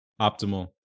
optimal